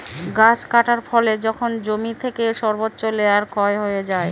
গাছ কাটার ফলে যখন জমি থেকে সর্বোচ্চ লেয়ার ক্ষয় হয়ে যায়